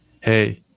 hey